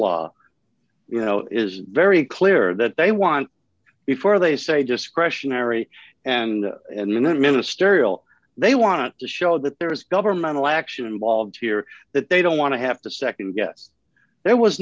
law you know is very clear that they want before they say discretionary and and then ministerial they want to show that there is governmental action involved here that they don't want to have to nd guess there was